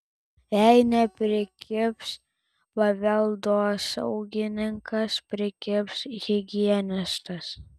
jei neprikibs paveldosaugininkas prikibs higienistas